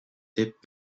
деп